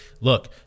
look